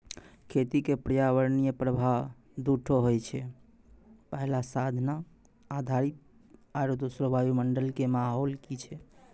खेती क पर्यावरणीय प्रभाव दू ठो होय छै, पहलो साधन आधारित आरु दोसरो वायुमंडल कॅ माहौल की छै